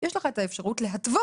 יש לך את האפשרות להתוות